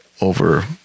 over